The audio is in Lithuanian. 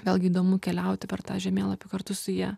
vėlgi įdomu keliauti per tą žemėlapį kartu su ja